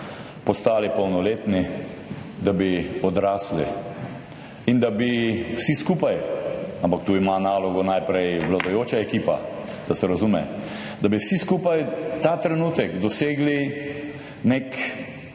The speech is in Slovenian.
postali polnoletni, da bi odrasli in da bi vsi skupaj – ampak tu ima nalogo najprej vladajoča ekipa, da se razume – ta trenutek dosegli nek